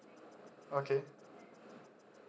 okay